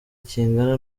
kingana